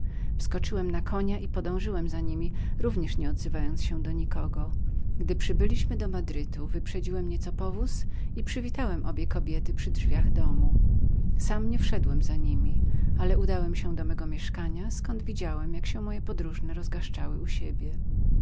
wskoczyłem na konia i podążyłem za niemi równie nie odzywając się do nikogo przybywszy do madrytu wyprzedziłem nieco powóz i wysadziłem obie kobiety przy drzwiach domu sam nie wszedłem za niemi ale udałem się do mego mieszkania zkąd widziałem jak moje podróżne w